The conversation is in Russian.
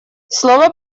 слова